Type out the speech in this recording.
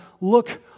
look